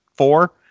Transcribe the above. Four